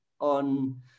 on